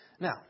Now